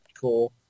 cool